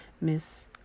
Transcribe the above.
Miss